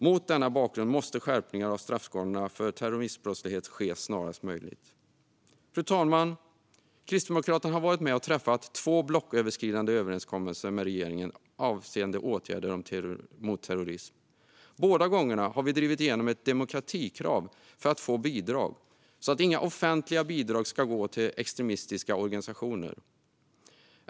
Mot denna bakgrund måste skärpningar av straffskalorna för terrorismbrottslighet ske snarast möjligt. Fru talman! Kristdemokraterna har varit med och träffat två blocköverskridande överenskommelser med regeringen avseende åtgärder mot terrorism. Båda gångerna har vi drivit igenom ett demokratikrav för att få bidrag så att inga offentliga bidrag ska gå till extremistiska organisationer.